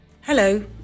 Hello